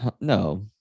no